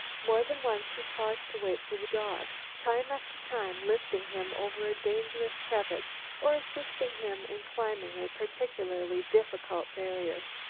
more than once he paused to wait for the dog, time after time lifting him over a dangerous crevice or assisting him in climbing a particularly difficult barrier.